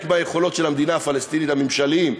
מהיכולות של המדינה הפלסטינית העתידית הממשליות.